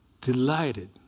delighted